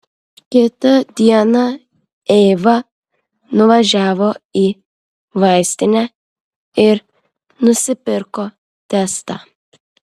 kitą dieną eiva nuvažiavo į vaistinę ir nusipirko testą